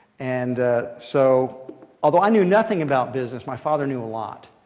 and so although i knew nothing about business, my father knew a lot.